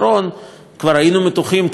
כבר היינו מתוחים כמעט עד הקצה,